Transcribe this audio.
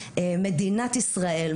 מדינת ישראל,